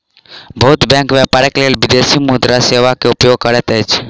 बहुत बैंक व्यापारक लेल विदेशी मुद्रा सेवा के उपयोग करैत अछि